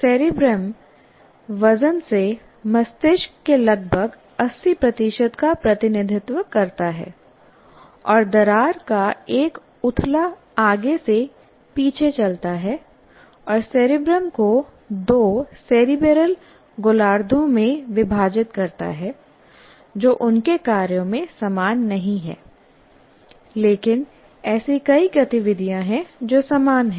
cerebrum वजन से मस्तिष्क के लगभग 80 का प्रतिनिधित्व करता है और दरार का एक उथला आगे से पीछे चलता है और सेरेब्रम को दो सेरेब्रल गोलार्द्धों में विभाजित करता है जो उनके कार्यों में समान नहीं हैं लेकिन ऐसी कई गतिविधियां हैं जो समान हैं